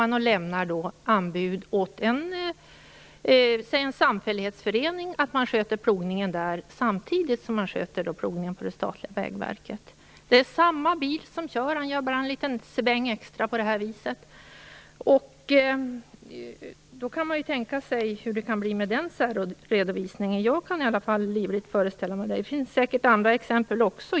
Man lämnar anbud om att sköta plogningen hos en samfällighetsförening, samtidigt som man sköter plogningen för det statliga Vägverket. Det är samma bil som körs. Chauffören jobbar en liten sväng extra på detta vis. Man kan tänka sig hur det blir med den särredovisningen. Jag kan i alla fall livligt föreställa mig det. Det finns säkert andra exempel.